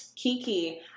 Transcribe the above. Kiki